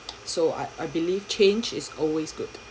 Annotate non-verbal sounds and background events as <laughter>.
<noise> so I I believe change is always good